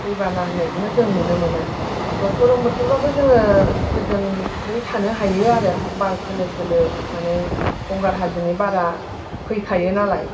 दैबाना होन्नायखौनो जों नुनो मोना गरम बोथोरबाबो जोङो गोजोनै थानो हायो आरो बार खोलो खोलो माने गंगार हाजोनि बारा फैखायो नालाय